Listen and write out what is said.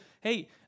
hey